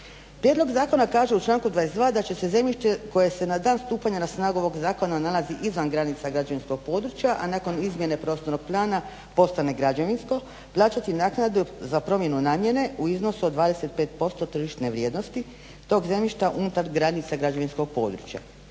Prijedlog zakona kaže u članku 22.da će se zemljište koje se na dan stupanja na snagu ovog zakona nalazi izvan granica građevinskog područja a nakon izmjene prostornog plana postane građevinsko plaćati naknadu za promjenu namjene u iznosu od 25% tržišne vrijednost tog zemljišta unutar granica građevinskog područja